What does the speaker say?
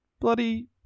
Bloody